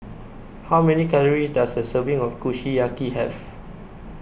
How Many Calories Does A Serving of Kushiyaki Have